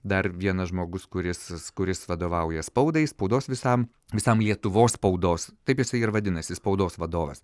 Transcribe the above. dar vienas žmogus kuris kuris vadovauja spaudai spaudos visam visam lietuvos spaudos taip jisai ir vadinasi spaudos vadovas